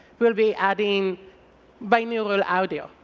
we'll be adding binaural audio.